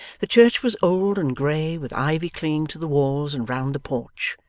the church was old and grey, with ivy clinging to the walls, and round the porch.